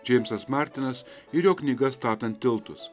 džeimsas martinas ir jo knyga statant tiltus